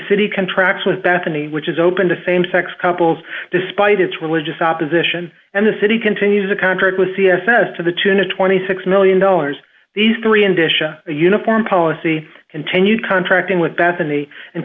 city contract with bethany which is open to same sex couples despite its religious opposition and the city continues to contract with c f s to the tune of twenty six million dollars these three indicia a uniform policy continued contracting with bethany and